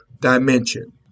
dimension